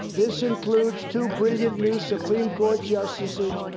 this includes two brilliant new supreme court justices,